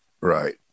right